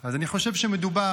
אז אני חושב שמדובר,